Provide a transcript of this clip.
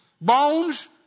Bones